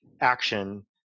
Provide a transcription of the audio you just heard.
action